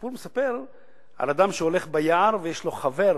הסיפור מספר על אדם שהולך ביער ויש לו חבר.